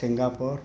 Singapore